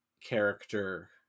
character